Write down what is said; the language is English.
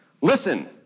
listen